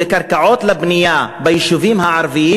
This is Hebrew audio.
המשבר בקרקעות לבנייה ביישובים הערביים